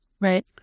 Right